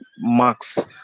Max